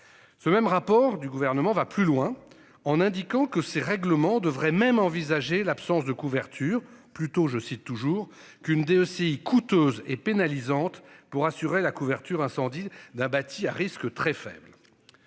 Ce même rapport du gouvernement va plus loin en indiquant que ces règlements devraient même envisager l'absence de couverture plutôt je cite toujours qu'une des aussi coûteuse et pénalisante pour assurer la couverture incendie d'un bâti à risque très faible.